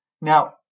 Now